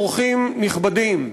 אורחים נכבדים,